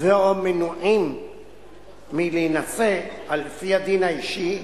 ו/או מנועים מלהינשא על-פי הדין האישי,